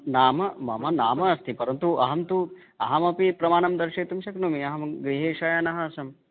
नाम मम नाम अस्ति परन्तु अहं तु अहमपि प्रमाणं दर्शयितुं शक्नोमि अहं गृहे शयनः आसम्